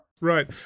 Right